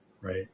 right